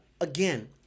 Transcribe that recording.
again